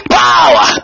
power